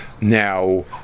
Now